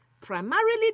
Primarily